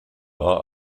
war